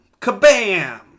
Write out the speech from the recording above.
Kabam